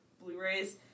Blu-rays